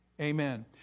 Amen